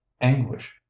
anguish